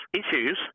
issues